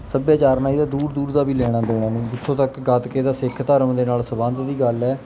ਸਭਿਆਚਾਰ ਨਾਲ ਇਹਦਾ ਦੂਰ ਦੂਰ ਦਾ ਵੀ ਲੈਣਾ ਦੇਣਾ ਨਹੀਂ ਜਿੱਥੋਂ ਤੱਕ ਗੱਤਕੇ ਦਾ ਸਿੱਖ ਧਰਮ ਦੇ ਨਾਲ ਸੰਬੰਧ ਦੀ ਗੱਲ ਹੈ